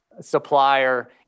supplier